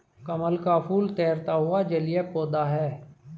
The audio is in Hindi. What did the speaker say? कमल का फूल तैरता हुआ जलीय पौधा है